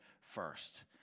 first